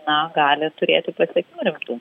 na gali turėti pasekmių rimtų